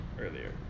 earlier